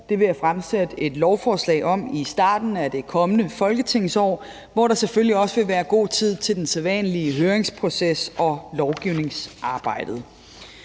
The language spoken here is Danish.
Det vil jeg fremsætte et lovforslag om i starten af det kommende folketingsår, hvor der selvfølgelig også vil være god tid til den sædvanlige høringsproces og lovgivningsarbejdet.